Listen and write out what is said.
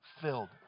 filled